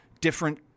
different